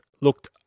looked